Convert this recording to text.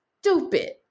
stupid